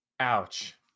Ouch